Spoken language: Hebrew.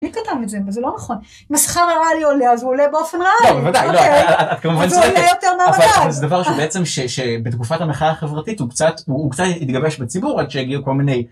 מי כתב את זה? זה לא נכון, אם השכר הראלי עולה, אז הוא עולה באופן ראלי, אבל זה עולה יותר מהמדד. אבל זה דבר שבעצם שבתקופת המחאה החברתית הוא קצת התגבש בציבור עד שהגיעו כל מיני...